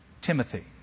Timothy